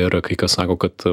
yra kai kas sako kad